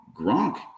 Gronk